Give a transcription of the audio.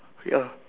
ya